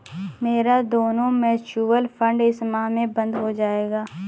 मेरा दोनों mutual fund इस माह में बंद हो जायेगा